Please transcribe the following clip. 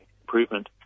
improvement